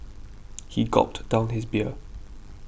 he gulped down his beer